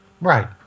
Right